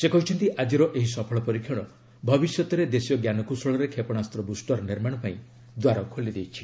ସେ କହିଛନ୍ତି ଆଜିର ଏହି ସଫଳ ପରୀକ୍ଷଣ ଭବିଷ୍ୟତରେ ଦେଶୀୟ ଜ୍ଞାନକୌଶଳରେ କ୍ଷେପଣାସ୍ତ୍ର ବୁଷ୍ଟର ନିର୍ମାଣ ପାଇଁ ଦ୍ୱାର ଖୋଲି ଦେଇଛି